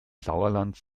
sauerland